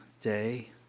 day